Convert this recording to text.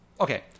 Okay